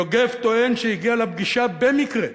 יוגב טוען שהגיע לפגישה "במקרה",